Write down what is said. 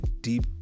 deep